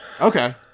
Okay